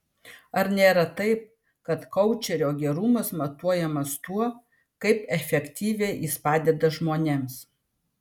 ar nėra taip kad koučerio gerumas matuojamas tuo kaip efektyviai jis padeda žmonėms